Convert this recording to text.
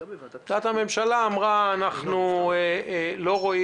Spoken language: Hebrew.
עמדת הממשלה אמרה: אנחנו רואים